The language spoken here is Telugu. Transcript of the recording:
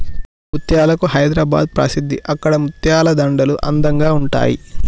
ముత్యాలకు హైదరాబాద్ ప్రసిద్ధి అక్కడి ముత్యాల దండలు అందంగా ఉంటాయి